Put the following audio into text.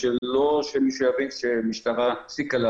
זה לא שמישהו יבין שהמשטרה הפסיקה,